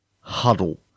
huddle